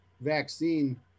vaccine